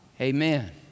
Amen